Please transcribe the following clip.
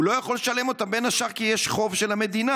והוא לא יכול לשלם אותן בין השאר כי יש חוב של המדינה.